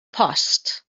post